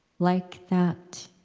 like that